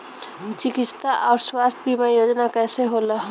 चिकित्सा आऊर स्वास्थ्य बीमा योजना कैसे होला?